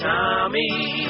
Tommy